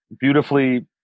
beautifully